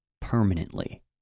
permanently